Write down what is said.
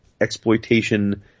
exploitation